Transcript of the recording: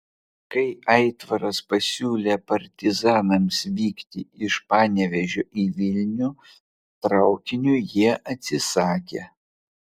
kai aitvaras pasiūlė partizanams vykti iš panevėžio į vilnių traukiniu jie atsisakė